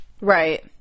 Right